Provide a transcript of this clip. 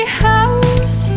house